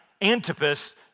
Antipas